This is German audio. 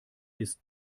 ist